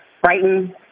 frightened